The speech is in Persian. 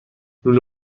لوله